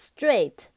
Straight